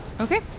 Okay